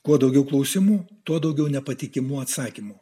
kuo daugiau klausimų tuo daugiau nepatikimų atsakymų